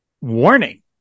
warning